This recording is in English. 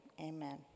amen